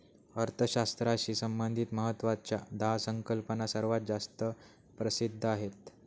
अर्थशास्त्राशी संबंधित महत्वाच्या दहा संकल्पना सर्वात जास्त प्रसिद्ध आहेत